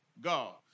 God